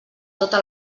tota